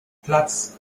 platz